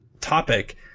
topic